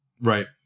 Right